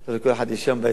לא לכל אחד יש ים באזור שלו,